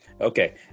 Okay